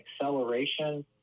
acceleration